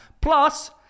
plus